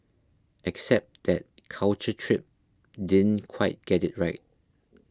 except that Culture Trip didn't quite get it right